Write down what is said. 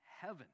heaven